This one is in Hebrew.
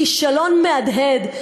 כישלון מהדהד,